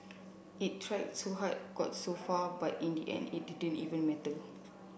it tried to hard got so far but in the end it didn't even matter